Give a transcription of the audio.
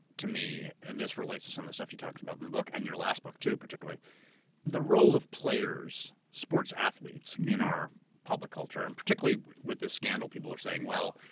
to me, and this relates to some of the stuff you talked about in the book and your last book, too, particularly the role of players, sports athletes, in our public culture, and particularly with this scandal, people are saying, well,